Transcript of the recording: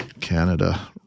Canada